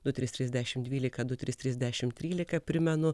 du trys trys dešimt dvylika du trys trys dešimt trylika primenu